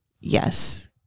Yes